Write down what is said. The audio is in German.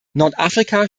nordafrika